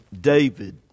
David